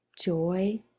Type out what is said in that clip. joy